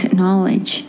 knowledge